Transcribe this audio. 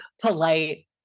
polite